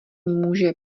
může